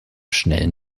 schnellen